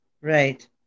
Right